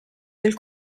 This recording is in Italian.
del